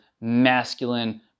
Masculine